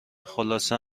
خلاصه